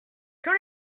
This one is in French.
quand